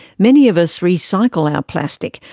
many of us recycle our plastic,